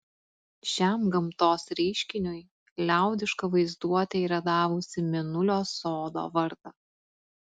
šiam gamtos reiškiniui liaudiška vaizduotė yra davusi mėnulio sodo vardą